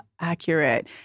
accurate